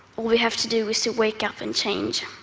we have to do is to wake up and change.